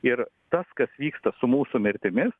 ir tas kas vyksta su mūsų mirtimis